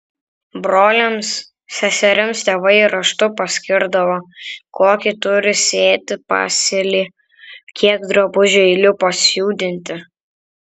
broliams seserims tėvai raštu paskirdavo kokį turi sėti pasėlį kiek drabužių eilių pasiūdinti